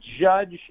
judge